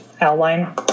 outline